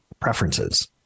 preferences